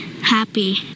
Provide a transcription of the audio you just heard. Happy